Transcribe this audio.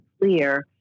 clear